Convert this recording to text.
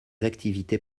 activités